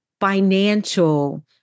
financial